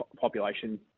population